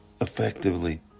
effectively